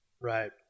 Right